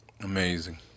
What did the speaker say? Amazing